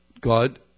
God